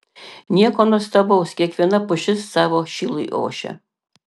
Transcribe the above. nieko nuostabaus kiekviena pušis savo šilui ošia